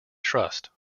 trust